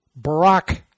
Barack